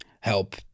help